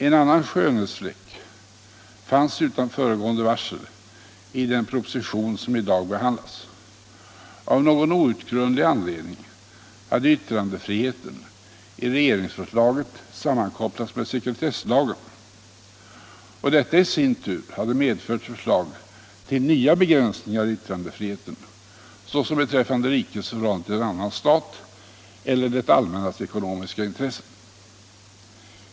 En annan skönhetsfläck uppstod utan föregående varsel i den proposition som i dag behandlas. Av någon outgrundlig anledning hade yttrandefriheten i regeringsförslaget sammankopplats med sekretesslagen, och detta i sin tur hade medfört förslag till nya begränsningar i yttrandefriheten, såsom beträffande rikets förhållande till annan stat eller det allmänna ekonomiska intresset.